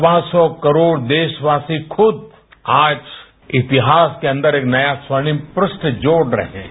सवा सौ करोड़ देशवासी खुद आज इतिहास के अंदर एक नये स्वर्णिम पृष्ठ जोड़ रहे हैं